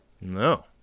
No